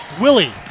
Willie